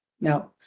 Now